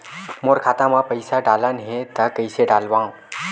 मोर खाता म पईसा डालना हे त कइसे डालव?